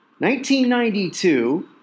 1992